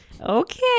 Okay